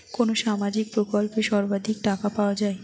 কোন সামাজিক প্রকল্পে সর্বাধিক টাকা পাওয়া য়ায়?